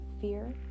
fear